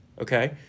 Okay